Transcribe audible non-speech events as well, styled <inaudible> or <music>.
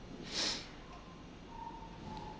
<noise>